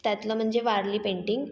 त्यातलं म्हणजे वारली पेंटिंग